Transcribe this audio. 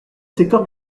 secteur